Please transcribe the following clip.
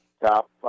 top